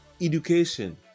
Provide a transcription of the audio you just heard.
education